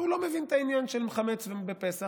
הוא לא מבין את העניין של חמץ בפסח,